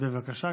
בבקשה.